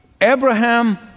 Abraham